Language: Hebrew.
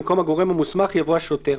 במקום "הגורם המוסמך" יבוא "השוטר".